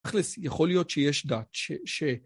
יכול להיות שיש דת